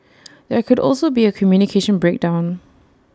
there could also be A communication breakdown